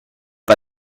pas